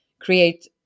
create